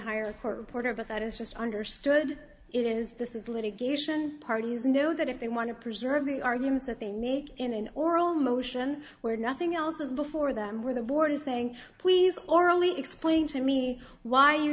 hire a court reporter but that is just understood it is this is litigation parties know that if they want to preserve the arguments that they make in an oral motion where nothing else is before them where the board is saying please orally explain to me why you